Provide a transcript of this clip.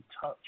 touch